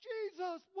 Jesus